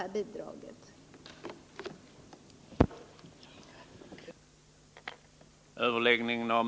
a ning gav följande resultat: